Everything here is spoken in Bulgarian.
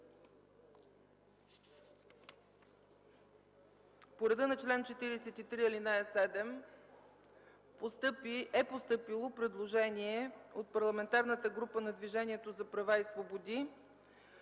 по реда на чл. 43, ал. 7, е постъпилото предложение от Парламентарната група на Движението за права и свободи: